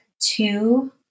two